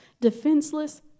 defenseless